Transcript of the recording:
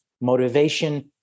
motivation